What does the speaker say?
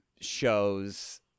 show's